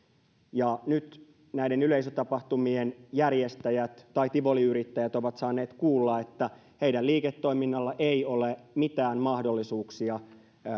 nyt näiden yleisötapahtumien järjestäjät tai tivoliyrittäjät ovat saaneet kuulla että heidän liiketoiminnallaan ei ole mitään mahdollisuuksia